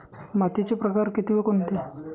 मातीचे प्रकार किती व कोणते?